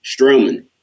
Strowman